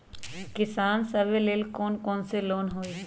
किसान सवे लेल कौन कौन से लोने हई?